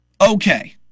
okay